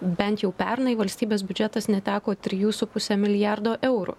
bent jau pernai valstybės biudžetas neteko trijų su puse milijardo eurų